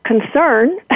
concern